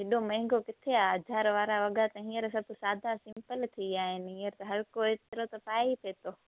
हेॾो महांगो किथे आहे हज़ार वारा वॻा त हींअर सभु सादा सिम्पल थी विया आहिनि हींअर हर कोई हेतिरो त पाए पियो थो